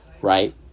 right